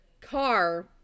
car